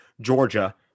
Georgia